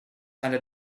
under